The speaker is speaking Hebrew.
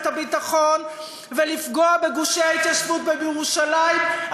הביטחון ולפגוע בגושי ההתיישבות ובירושלים,